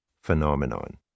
phenomenon